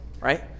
right